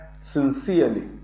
Sincerely